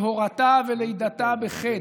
שהורתן ולידתן בחטא.